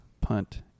punt